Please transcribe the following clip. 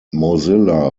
mozilla